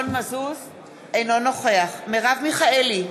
אינו נוכח מרב מיכאלי,